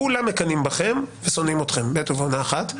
כולם מקנאים בכם ושונאים אתכם בעת ובעונה אחת.